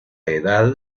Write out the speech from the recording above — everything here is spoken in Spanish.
edad